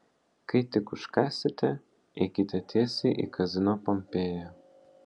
kai tik užkąsite eikite tiesiai į kazino pompėja